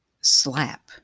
Slap